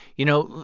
you know?